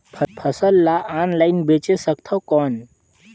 फसल ला ऑनलाइन बेचे सकथव कौन?